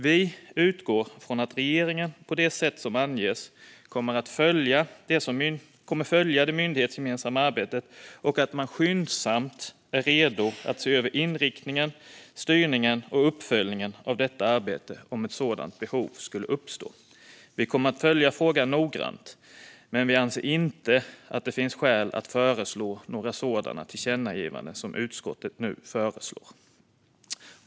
Vi utgår från att regeringen på det sätt som anges kommer att följa det myndighetsgemensamma arbetet och att man är redo att skyndsamt se över inriktningen, styrningen och uppföljningen av detta arbete om ett sådant behov skulle uppstå. Vi kommer att följa frågan noggrant, men vi anser inte att det finns skäl att föreslå några sådana tillkännagivanden som utskottet nu föreslår.